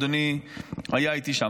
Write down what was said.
אדוני היה איתי שם.